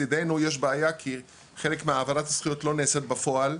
מצידנו יש בעיה כי חלק מהעברת הזכויות לא נעשית בפועל,